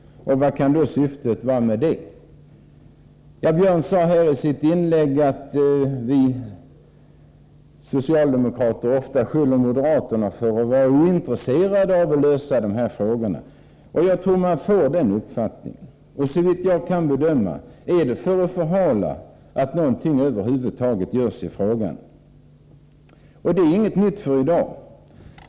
Vad kan syftet vara med detta? Ja, Björn Körlof sade här i sitt inlägg att vi socialdemokrater ofta skyller moderaterna för att vara ointresserade av att lösa de här frågorna. Man får den uppfattningen. Syftet med kravet nu är, såvitt jag kan bedöma, att förhala att någonting över huvud taget görs i frågan. Det är inte nytt för i dag.